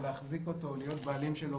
או להחזיק אותו או להיות בעלים שלו